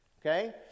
okay